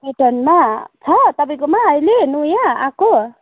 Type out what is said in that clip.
कटनमा छ तपाईँकोमा अहिले नयाँ आएको